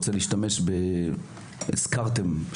מבלי להיכנס לכל סעיפיה אלא